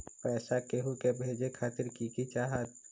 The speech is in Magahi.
पैसा के हु के भेजे खातीर की की चाहत?